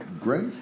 great